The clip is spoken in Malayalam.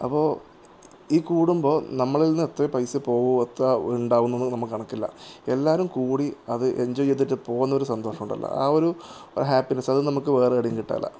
അപ്പോൾ ഈ കൂടുമ്പോൾ നമ്മളിന്ന് എത്ര പൈസ പോകും എത്ര ഉണ്ടാകുന്നൊന്നും നമുക്ക് കണക്കില്ല എല്ലാവരും കൂടി അത് എൻജോയ് ചെയ്തിട്ട് പോകുന്നൊരു സന്തോഷമുണ്ടല്ലോ ആ ഒരു ഹാപ്പിനെസ്സ് അത് നമുക്ക് വേറെ എവിടേം കിട്ടാനില്ല